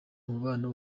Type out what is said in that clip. umubano